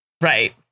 right